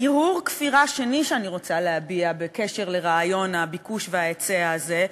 הרהור כפירה שני שאני רוצה להביע בקשר לרעיון הביקוש וההיצע הזה,